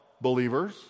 believers